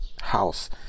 House